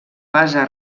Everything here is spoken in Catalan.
base